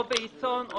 או בעיתון או